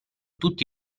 tutti